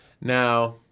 Now